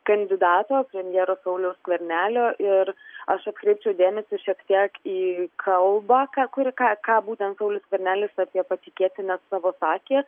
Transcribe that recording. kandidato premjero sauliaus skvernelio ir aš atkreipčiau dėmesį šiek tiek į kalbą ką kuri ką ką būtent saulius skvernelis apie patikėtinę savo sakė